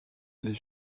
les